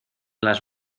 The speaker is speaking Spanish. las